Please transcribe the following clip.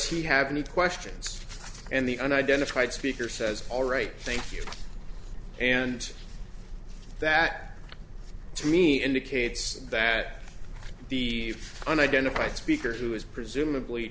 he have any questions and the unidentified speaker says all right thank you and that to me indicates that the unidentified speaker who is presumably